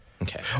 Okay